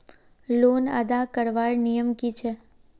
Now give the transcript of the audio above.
Loan अदा करवार नियम की छे?